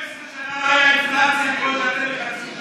12 שנה לא הייתה אינפלציה כמו אצלכם בחצי שנה.